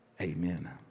Amen